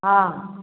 हँ